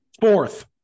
Fourth